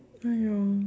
!aiyo!